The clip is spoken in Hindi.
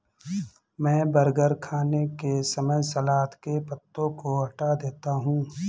मैं बर्गर खाने के समय सलाद के पत्तों को हटा देता हूं